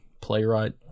playwright